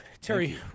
Terry